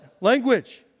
Language